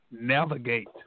navigate